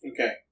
Okay